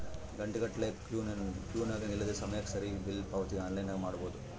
ಘಂಟೆಗಟ್ಟಲೆ ಕ್ಯೂನಗ ನಿಲ್ಲದೆ ಸಮಯಕ್ಕೆ ಸರಿಗಿ ಬಿಲ್ ಪಾವತಿ ಆನ್ಲೈನ್ನಾಗ ಮಾಡಬೊದು